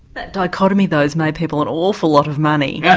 that dichotomy, though, has made people an awful lot of money. yeah